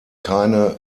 keine